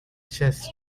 chess